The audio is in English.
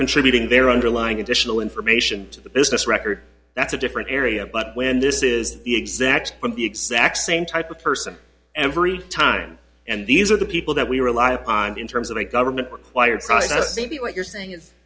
contributing their underlying additional information to the business record that's a different area but when this is the exact from the exact same type of person every time and these are the people that we rely on in terms of a government required so what you're saying is